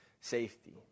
safety